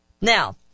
Now